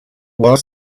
was